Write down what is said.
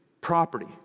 property